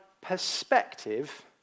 perspective